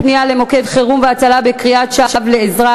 פנייה למוקד חירום והצלה) חברי הכנסת,